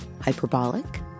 hyperbolic